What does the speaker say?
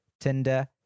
Tinder